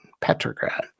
Petrograd